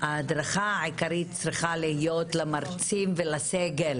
ההדרכה העיקרית צריכה להיות למרצים ולסגל